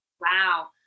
Wow